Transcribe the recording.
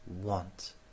want